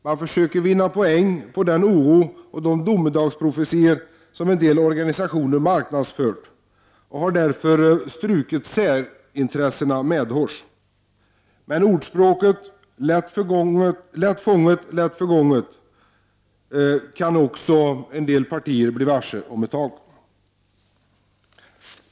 De försöker vinna poäng på den oro och de domedagsprofetior som en del organisationer marknadsfört och har därför strukit särintressena medhårs. Men ordspråket säger ”Lätt fånget — lätt förgånget”, och det kommer nog en del partier att bli varse om en tid.